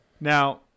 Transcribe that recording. Now